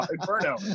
Inferno